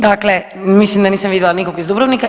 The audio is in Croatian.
Dakle, mislim da nisam vidjela nikog iz Dubrovnika.